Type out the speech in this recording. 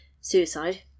suicide